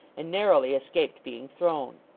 and narrowly escaped being thrown.